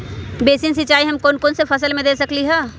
Basin सिंचाई हम कौन कौन फसल में दे सकली हां?